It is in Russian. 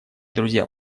друзья